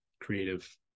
creative